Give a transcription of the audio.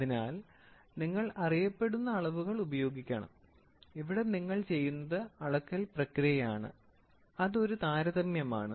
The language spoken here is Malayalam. അതിനാൽ നിങ്ങൾ അറിയപ്പെടുന്ന അളവുകൾ ഉപയോഗിക്കണം ഇവിടെ നിങ്ങൾ ചെയ്യുന്നത് അളക്കൽ പ്രക്രിയയാണ് അത് ഒരു താരതമ്യമാണ്